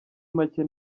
macye